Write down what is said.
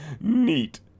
Neat